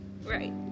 Right